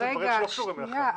רוצים לנסות בפעם האחרונה?